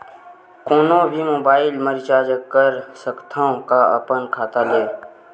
कोनो भी मोबाइल मा रिचार्ज कर सकथव का अपन खाता ले?